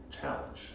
challenge